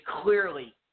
clearly